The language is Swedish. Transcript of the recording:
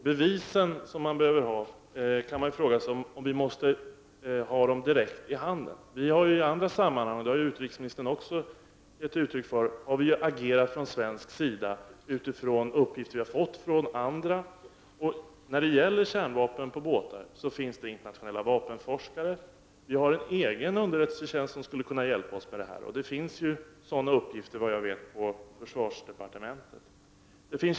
Herr talman! Man kan fråga sig om vi behöver ha de erforderliga bevisen direkt i handen. I andra sammanhang har vi från svensk sida agerat — det har utrikesministern också gett uttryck för — utifrån uppgifter som vi har fått från andra. När det gäller kärnvapen på båtar finns uppgifter från internationella vapenforskare, vi har en egen underrättelsetjänst som skulle kunna hjälpa oss med detta, och såvitt jag vet finns det sådana uppgifter på försvarsdepartementet.